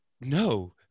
No